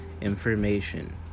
information